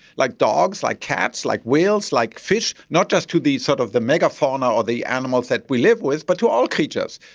like dogs, like cats, like whales, like fish, not just to the sort of the megafauna or the animals that we live with but to all creatures,